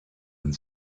and